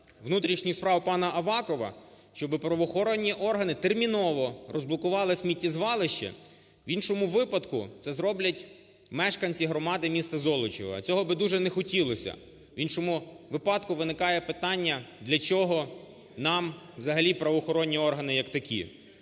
внутрішніх справ панаАвакова, щоби правоохоронні органи терміново розблокували сміттєзвалище, в іншому випадку це зроблять мешканці громади міста Золочіва, а цього би дуже не хотілося. В іншому випадку виникає питання: для чого нам взагалі правоохоронні органи як такі.